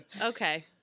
Okay